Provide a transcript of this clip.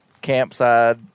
campsite